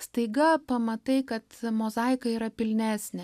staiga pamatai kad mozaika yra pilnesnė